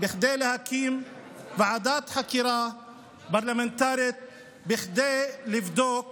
כדי להקים ועדת חקירה פרלמנטרית כדי לבדוק